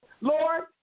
Lord